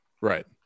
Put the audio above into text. Right